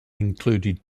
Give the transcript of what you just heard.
included